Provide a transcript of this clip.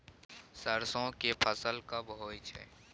सरसो के फसल कब होय छै?